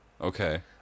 Okay